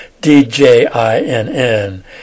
D-J-I-N-N